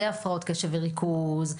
זה הפרעות קשב וריכוז,